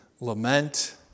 lament